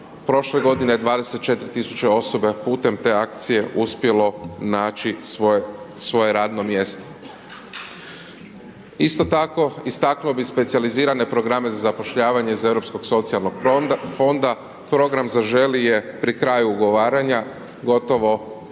prošle godine 24.000 osoba putem te akcije uspjelo naći svoje, svoje radno mjesto. Isto tako istaknuo bi specijalizirane programe za zapošljavanje iz Europskog socijalnog fonda, program Zaželi je pri kraju ugovaranja, gotovo